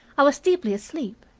i was deeply asleep,